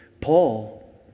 Paul